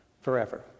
forever